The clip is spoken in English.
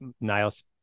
Niles